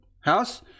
house